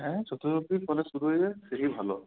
হ্যাঁ যত কলেজ শুরু হয়ে যায় সেই ভালো